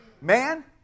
man